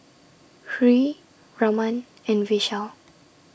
Hri Raman and Vishal